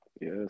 Yes